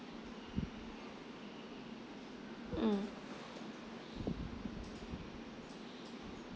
mm